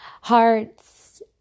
hearts